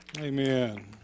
Amen